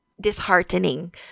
disheartening